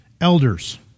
elders